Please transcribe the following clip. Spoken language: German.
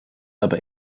aber